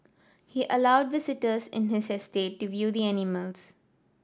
he allowed visitors in his estate to view the animals